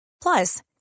Plus